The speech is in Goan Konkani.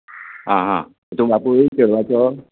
हां हां तूं बापूय चेडवाचो